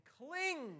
cling